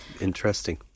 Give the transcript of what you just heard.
interesting